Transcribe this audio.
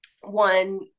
one